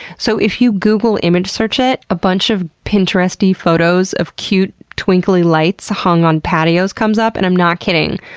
so if you google image search it, a bunch of pinterest-y photos of cute twinkly lights hung on patios comes up, and i'm not kidding,